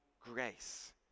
grace